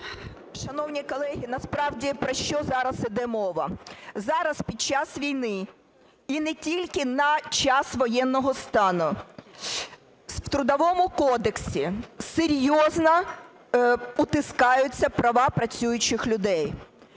Шановні колеги, насправді, про що зараз іде мова. Зараз під час війни, і не тільки на час воєнного стану, в Трудовому кодексі серйозно утискаються права працюючих людей.